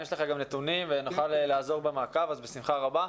אם יש לך נתונים ונוכל לעזור במעקב, בשמחה רבה.